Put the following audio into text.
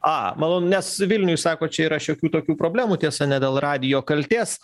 a malonu nes vilniuj sako čia yra šiokių tokių problemų tiesa ne dėl radijo kaltės